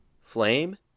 Flame